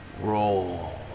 roll